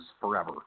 forever